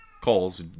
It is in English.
calls